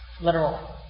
Literal